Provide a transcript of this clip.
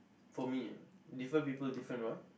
for me different people different what